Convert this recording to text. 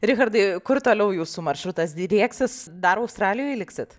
richardai kur toliau jūsų maršrutas drieksis dar australijoj liksit